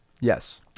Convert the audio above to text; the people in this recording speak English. Yes